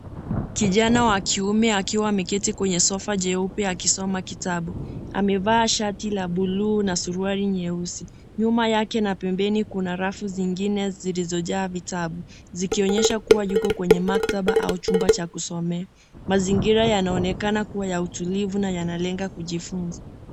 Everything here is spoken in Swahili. Kijana wa kiume akiwa ameketi kwenye sofa jeupe akisoma kitabu. Amevaa shati la bluu na suruali nyeusi. Nyuma yake na pembeni kuna rafu zingine zilizojaa vitabu zikionyesha kuwa yuko kwenye maktaba au chumba cha kusomea. Mazingira yanaonekana kuwa ya utulivu na yanalenga kujifunza.